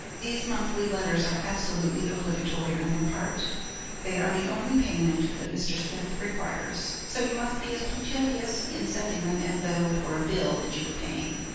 these monthly letters are absolutely obligatory on your part they are the only payment that mr. smith requires, so you must be as punctilious in sending them as though it were a bill that you were paying.